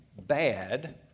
bad